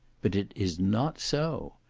but it is not so.